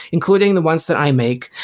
including the ones that i make.